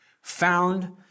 found